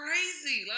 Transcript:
Crazy